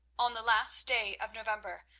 on the last day of november,